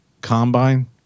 combine